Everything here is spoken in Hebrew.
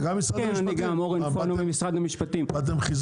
אתה גם משרד המשפטים?